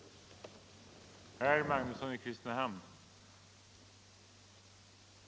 att förhindra utrotning av sälstammen